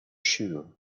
shoe